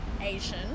Asian